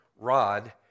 rod